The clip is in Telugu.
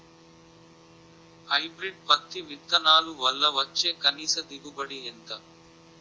హైబ్రిడ్ పత్తి విత్తనాలు వల్ల వచ్చే కనీస దిగుబడి ఎంత?